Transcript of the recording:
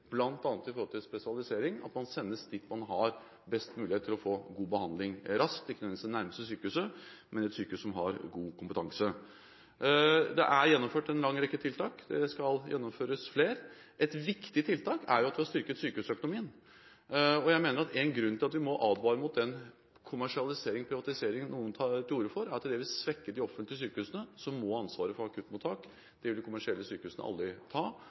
spesialisering – at man sendes dit man har best mulighet for å få god behandling raskt, ikke nødvendigvis til det nærmeste sykehuset, men til et sykehus som har god kompetanse. Det er gjennomført en lang rekke tiltak. Det skal gjennomføres flere. Et viktig tiltak er at vi har styrket sykehusøkonomien. Jeg mener én grunn til at vi må advare mot den kommersialisering/privatisering noen tar til orde for, er at det vil svekke de offentlige sykehusene, som må ha ansvaret for akuttmottak – det vil de kommersielle sykehusene aldri ta.